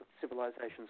civilizations